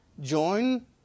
join